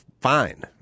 fine